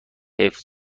حفظ